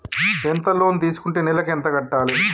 ఎంత లోన్ తీసుకుంటే నెలకు ఎంత కట్టాలి?